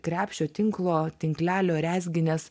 krepšio tinklo tinklelio rezginės